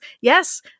yes